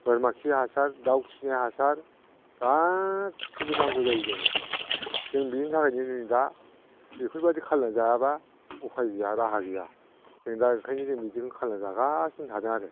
बोरमा खि हासार दाउ खिनि हासार गासिबो नांगौ जायो जोंनो जों बिनि थाखायनो जोङो दा बेफोरबायदि खालायनानै जायाब्ला उफाय गैया राहा गैया जों दा ओंखायनो बिदिखौनो खालायनानै जागासनो थादों आरो